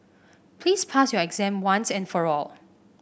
please pass your exam once and for all